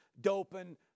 doping